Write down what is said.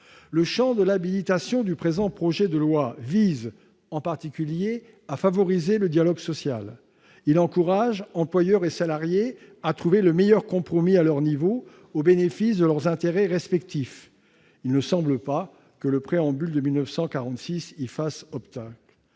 Le champ de l'habilitation du présent projet de loi vise, en particulier, à favoriser le dialogue social. Il encourage employeurs et salariés à trouver le meilleur compromis à leur niveau, au bénéfice de leurs intérêts respectifs. Il ne me semble pas que le Préambule de 1946 y fasse obstacle.